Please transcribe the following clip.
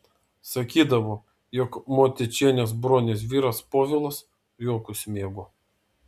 sakydavo jog motiečienės bronės vyras povilas juokus mėgo